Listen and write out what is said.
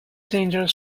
dangerous